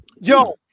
Yo